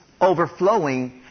overflowing